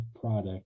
product